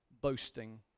boasting